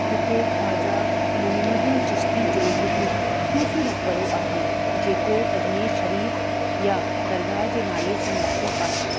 हिते ख्वाजा मोहिनुद्दिन चिस्ती जो हिकु सूफ़ी मकबरो आहे जेको अजमेर शरीफ या दरगाह जे नाले सां मशहूर आहे